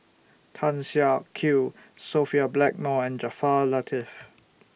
Tan Siak Kew Sophia Blackmore and Jaafar Latiff